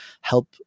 help